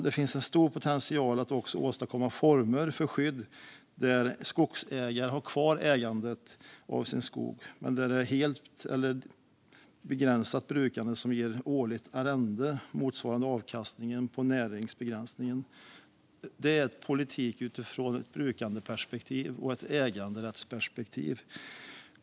Det finns även en stor potential att åstadkomma former för skydd där skogsägare har kvar ägandet av sin skog men med ett helt eller begränsat brukande som ger ett årligt arrende motsvarande avkastningen på näringsbegränsningen. Det är politik utifrån ett brukandeperspektiv och ett äganderättsperspektiv.